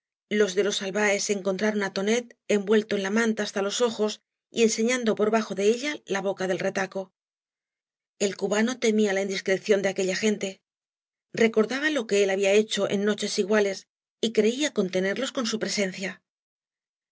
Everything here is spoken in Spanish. los de les albaes encontraron á tonet envuelto en la manta hasta los ojos y enseñando por bajo de ella la boca del retaco el cubano temía la indiscreción de aquella gente recordaba lo que él había hecho en noches iguales y creía contenerlos con bu presencia